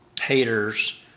haters